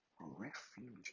refuge